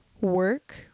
work